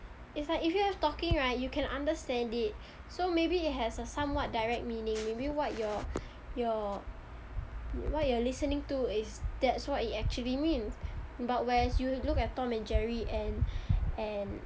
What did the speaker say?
it's like if you have talking right you can understand it so maybe it has a somewhat direct meaning maybe what you're you're what you are listening to is that's what it actually means but whereas you look at tom and jerry and and